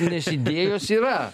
nes idėjos yra